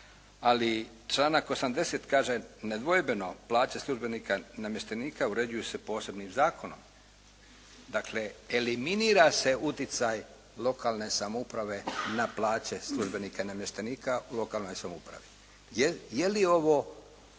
ali članak 80. kaže "nedvojbeno plaće službenika i namještenika uređuju se posebnim zakonom". Dakle, eliminira se utjecaj lokalne samouprave na plaće službenika i namještenika u lokalnoj samoupravi. Je li ovo